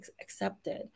accepted